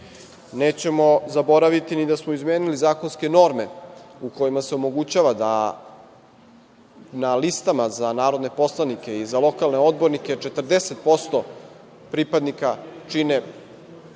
dana. Nećemo zaboraviti ni da smo izmenili zakonske norme u kojima se omogućava da na listama za narodne poslanike i za lokalne odbornike 40% pripadnika čine